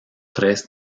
tres